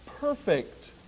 perfect